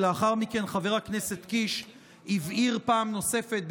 ולאחר מכן חבר הכנסת קיש הבהיר פעם נוספת,